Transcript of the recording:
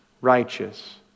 righteous